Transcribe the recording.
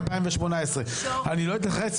2018. אני לא אתייחס,